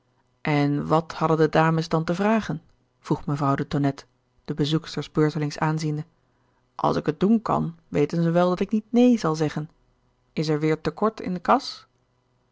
en wat hadden de dames dan te vragen vroeg mevrouw de tonnette de bezoeksters beurtelings aanziende als ik het doen kan weten ze wel dat ik niet neen zal zeggen is er weer te kort in kas